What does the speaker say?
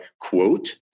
quote